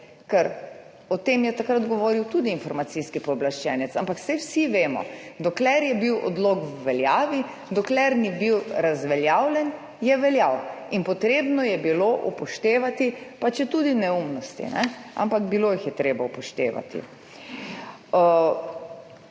je o tem takrat govoril tudi Informacijski pooblaščenec. Ampak saj vsi vemo, dokler je bil odlok v veljavi, dokler ni bil razveljavljen, je veljal in potrebno je bilo upoštevati, pa četudi neumnosti, ampak bilo jih je treba upoštevati.